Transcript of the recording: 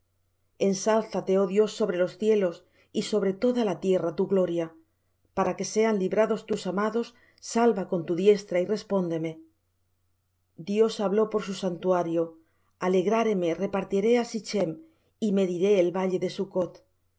ensálzate oh dios sobre los cielos y sobre toda la tierra tu gloria para que sean librados tus amados salva con tu diestra y respóndeme dios habló por su santuario alegraréme repartiré á sichm y mediré el valle de